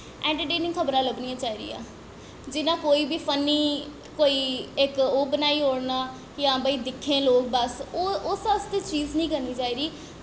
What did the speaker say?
entertaining खबरां लब्भनियां चाहिदियां जि'यां कोई बी फन्नी कोई इक ओह् बनाई ओड़ना कि हां भाई दिक्खन लोग बस उस आस्तै चीज़ निं करनी चाहिदी